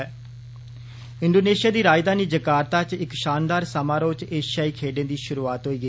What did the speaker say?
Indonesia दी राजघानी Jakarta च इक्क शानदार समारोह च ऐशियाई खेड्डे दी शुरूआत होग